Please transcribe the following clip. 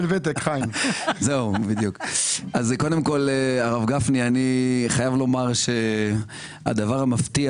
גפני, אני חייב לומר שהדבר המפתיע